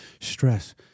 stress